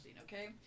okay